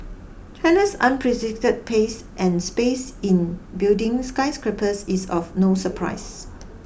China's unprecedented pace and space in building skyscrapers is of no surprise